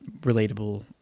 relatable